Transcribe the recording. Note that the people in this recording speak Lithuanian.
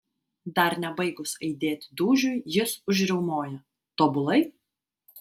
dar nebaigus aidėti dūžiui jis užriaumoja tobulai